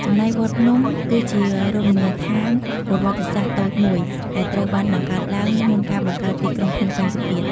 ចំណែកវត្តភ្នំគឺជារមណីយដ្ឋានប្រវត្តិសាស្ត្រតូចមួយដែលត្រូវបានបង្កើតឡើងមុនការបង្កើតទីក្រុងភ្នំពេញទៅទៀត។